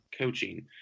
coaching